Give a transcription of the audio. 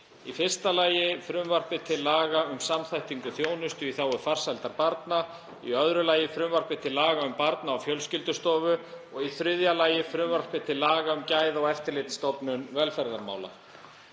í fyrsta lagi frumvarpi til laga um samþættingu þjónustu í þágu farsældar barna, í öðru lagi frumvarpi til laga um Barna- og fjölskyldustofu og í þriðja lagi frumvarpi til laga um Gæða- og eftirlitsstofnun velferðarmála.